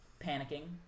panicking